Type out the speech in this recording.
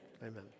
Amen